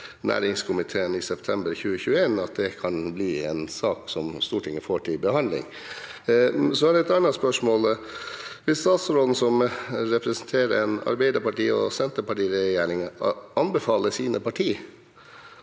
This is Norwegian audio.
næringskomiteen i september 2021, som kan bli en sak Stortinget får til behandling. Jeg har et annet spørsmål. Vil statsråden, som representerer en Arbeiderparti–Senterparti-regjering, anbefale sine parti